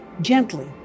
gently